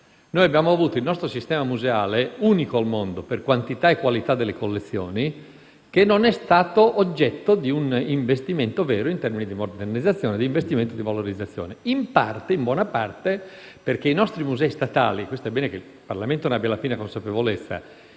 In passato il nostro sistema museale, unico al mondo per qualità e quantità delle collezioni, non è stato oggetto di un investimento vero in termini di modernizzazione e di valorizzazione, in buona parte perché i nostri musei statali - è bene che il Parlamento ne abbia la piena consapevolezza